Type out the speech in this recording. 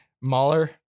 Mahler